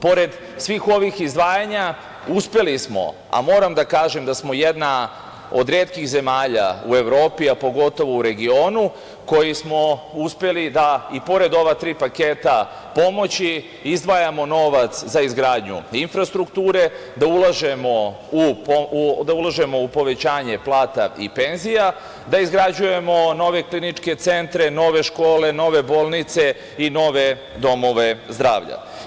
Pored svih ovih izdvajanja, uspeli smo, a moram da kažem da smo jedna od retkih zemalja u Evropi, a pogotovo u regionu, koji smo uspeli da, pored ova tri paketa pomoći, izdvajamo novac za izgradnju infrastrukture, da ulažemo u povećanje plata i penzija, da izgrađujemo nove kliničke centre, nove škole, nove bolnice i nove domove zdravlja.